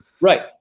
Right